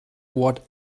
what